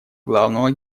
главного